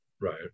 Right